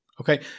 Okay